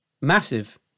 massive